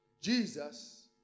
Jesus